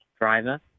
driver